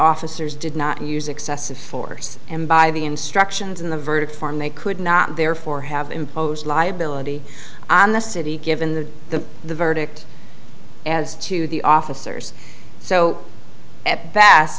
officers did not use excessive force and by the instructions in the verdict form they could not therefore have imposed liability on the city given the the the verdict as to the officers so